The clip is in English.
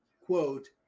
quote